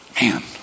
Man